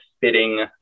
fitting